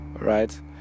right